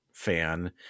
fan